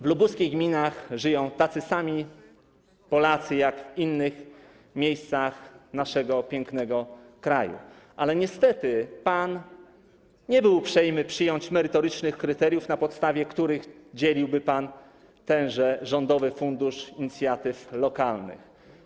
W lubuskich gminach żyją tacy sami Polacy jak w innych miejscach naszego pięknego kraju, ale niestety pan nie był uprzejmy przyjąć merytorycznych kryteriów, na podstawie których dzieliłby pan tenże rządowy fundusz inicjatyw lokalnych.